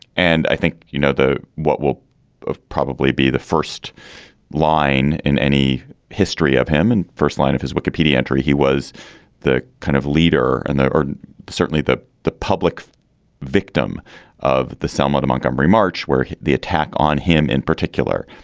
and i think, you know, the what will probably be the first line in any history of him and first line of his wikipedia entry. he was the kind of leader. and there are certainly the the public victim of the selma to montgomery march, where the attack on him in particular,